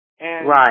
Right